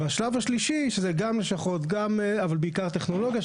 והשלב השלישי שזה גם לשכות אבל בעיקר טכנולוגיה.